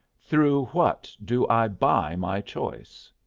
through what do i buy my choice?